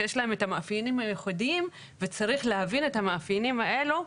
שיש להם את המאפיינים הייחודיים וצריך להבין את המאפיינים האלו,